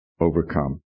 overcome